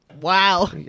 Wow